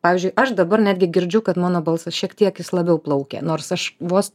pavyzdžiui aš dabar netgi girdžiu kad mano balsas šiek tiek labiau plaukia nors aš vos